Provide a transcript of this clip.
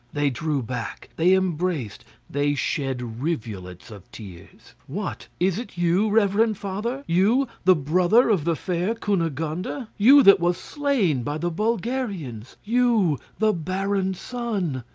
they drew back they embraced they shed rivulets of tears. what, is it you, reverend father? you, the brother of the fair cunegonde! and you, that was slain by the bulgarians! you, the baron's son!